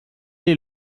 est